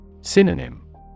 Synonym